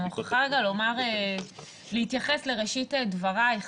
אני מוכרחה להתייחס לראשית דברייך.